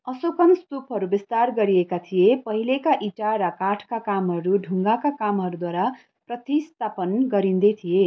अशोकन स्तुपहरू विस्तार गरिएका थिए पहिलेका इँटा र काठका कामहरू ढुङ्गाका कामहरूद्वारा प्रतिस्थापन गरिँदै थिए